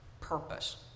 purpose